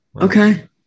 Okay